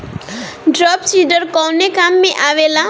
Drum seeder कवने काम में आवेला?